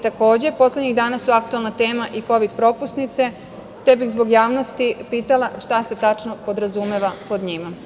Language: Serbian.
Takođe, poslednjih dana su aktuelna tema i kovid – propusnice, te bih zbog javnosti pitala šta se tačno podrazumeva pod njima?